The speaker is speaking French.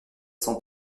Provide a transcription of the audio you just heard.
cent